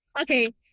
Okay